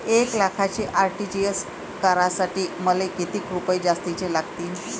एक लाखाचे आर.टी.जी.एस करासाठी मले कितीक रुपये जास्तीचे लागतीनं?